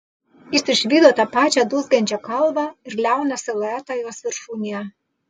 jis išvydo tą pačią dūzgiančią kalvą ir liauną siluetą jos viršūnėje